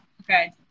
Okay